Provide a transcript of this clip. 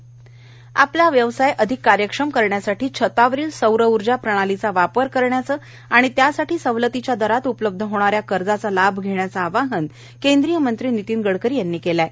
गडकरी आपले व्यवसाय अधिक कार्यक्षम करण्यासाठी छतावरील सौरउर्जा प्रणालीचा वापर करण्याचं आणि त्यासाठी सवलतीच्या दरात उपलब्ध होणाऱ्या कर्जाचा लाभ धेण्याचं आवाहन केंद्रीय मंत्री नितीन गडकरी यांनी केलं आहे